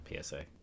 PSA